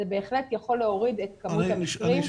אבל זה בהחלט יכול להוריד את כמות המקרים.